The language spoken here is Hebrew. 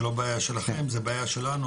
זה לא בעיה שלכם, זה בעיה שלנו.